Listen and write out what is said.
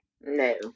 No